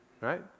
right